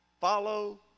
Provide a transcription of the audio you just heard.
follow